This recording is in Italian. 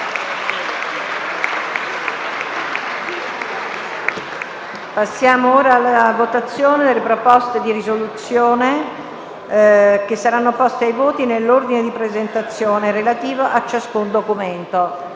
Procediamo ora con la votazione delle proposte di risoluzione che saranno poste ai voti nell'ordine di presentazione relativo a ciascun documento.